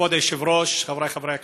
כבוד היושב-ראש, חבריי חברי הכנסת,